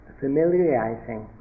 familiarizing